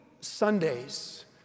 Sundays